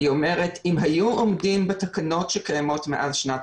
שהיא אומרת: אם היו עומדים בתקנות שקיימות מאז שנת